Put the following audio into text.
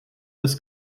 des